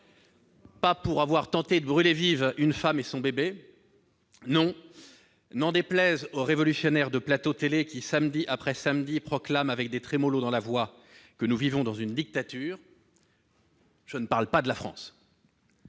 pas pour avoir tenté de brûler vifs une femme et son bébé ... Non, n'en déplaise aux révolutionnaires de plateaux télé qui, samedi après samedi, proclament avec des trémolos dans la voix que nous vivons dans une dictature, je ne parle pas de la France